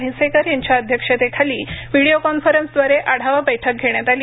म्हैसेकर यांच्या अध्यक्षतेखाली व्हिडीओ कॉन्फरन्सव्दारे आढावा बैठक घण्यात आली